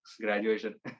graduation